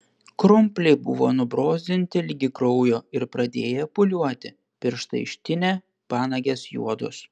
krumpliai buvo nubrozdinti ligi kraujo ir pradėję pūliuoti pirštai ištinę panagės juodos